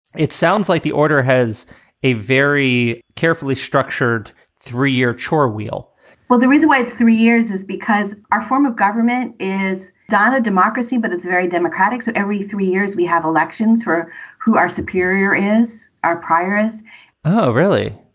it sounds like the order has a very carefully structured three year chore wheel well, the reason why it's three years is because our form of government is not a democracy, but it's very democratic. so every three years we have elections for who are superior is our prioress oh, really?